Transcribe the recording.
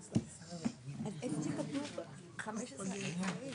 יש גרעין שפועל במפקדת אלון,